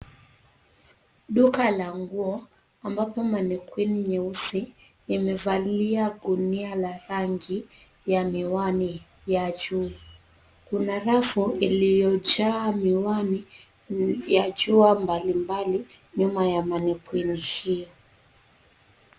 Duka la nguo ambapo mannequinns nyeusi imevalia gunia la rangi ya miwani ya jua. Kuna rafu iliyojaa miwani ya jua mbali mbali nyuma ya mannequins hiyo.